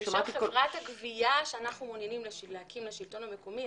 בשם חברת הגבייה שאנחנו מעוניינים להקים בשלטון המקומי,